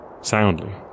soundly